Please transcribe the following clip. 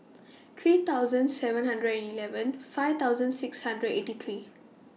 three thousand seven hundred and eleven five thousand six hundred and eighty three